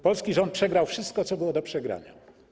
Polski rząd przegrał wszystko, co było do przegrania.